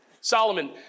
Solomon